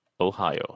Ohio